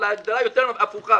אבל ההגדרה היא הפוכה